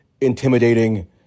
intimidating